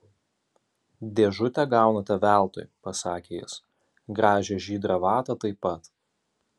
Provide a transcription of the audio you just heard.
dėžutę gaunate veltui pasakė jis gražią žydrą vatą taip pat